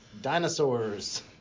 Dinosaurs